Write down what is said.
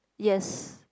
yes